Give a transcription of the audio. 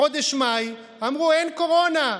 בחודש מאי אמרו: אין קורונה,